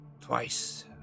twice